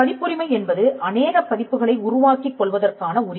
பதிப்புரிமை என்பது அனேக பதிப்புகளை உருவாக்கிக் கொள்வதற்கான உரிமை